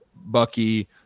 Bucky